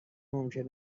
ممکن